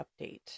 update